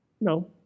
No